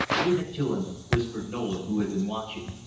give it to im! whispered nolan, who had been watching.